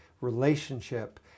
relationship